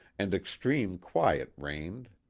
and extreme quiet reigned.